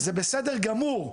זה בסדר גמור,